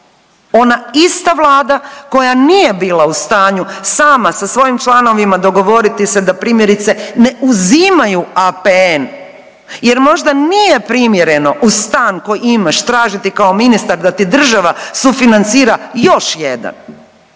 Ona ista Vlada koja nije bila u stanju sama sa svojim članovima dogovoriti se da primjerice ne uzimaju APN jer možda nije primjereno uz stan koji imaš tražiti kao ministar da ti država sufinancira još jedan.